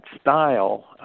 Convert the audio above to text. style